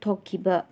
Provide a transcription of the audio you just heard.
ꯊꯣꯛꯈꯤꯕ